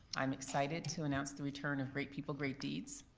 i'm excited to announce the return of great people, great deeds.